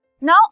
Now